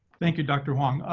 thank you, dr. huang.